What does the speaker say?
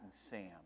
Sam